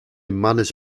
manners